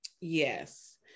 Yes